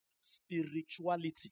Spirituality